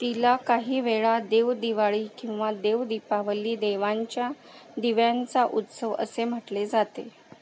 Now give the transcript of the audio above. तिला काही वेळा देवदिवाळी किंवा देवदीपावली देवांच्या दिव्यांचा उत्सव असे म्हटले जाते